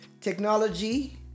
Technology